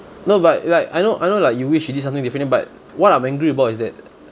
no but like I know I know like you wish you did something differently but what I'm angry about is that